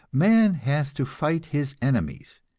man has to fight his enemies,